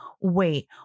Wait